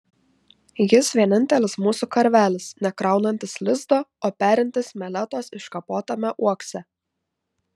jis vienintelis mūsų karvelis nekraunantis lizdo o perintis meletos iškapotame uokse